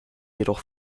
jedoch